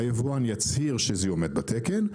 היבואן יצהיר שהיא עומדת בתקן,